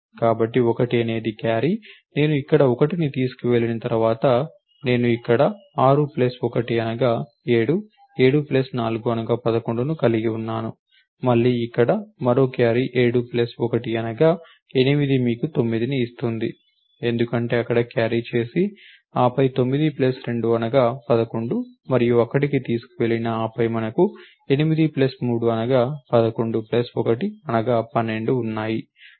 కాబట్టి 1 అనేది క్యారీ నేను ఇక్కడ 1ని తీసుకువెళ్లిన తర్వాత ఇక్కడ 6 ప్లస్ 1 అనగా 7 7 ప్లస్ 4 అనగా 11ని కలిగి ఉన్నాను మళ్లీ ఇక్కడ మరో క్యారీ 7 ప్లస్ 1 అనగా 8 మీకు 9 ని ఇస్తుంది ఎందుకంటే అక్కడ క్యారీ ఉంది ఆపై 9 ప్లస్ 2 అనగా 11 మరియు అక్కడకు తీసుకువెళ్లినా ఆపై మనకు 8 ప్లస్ 3 అనగా 11 ప్లస్ 1 అనగా 12 ఉన్నాయి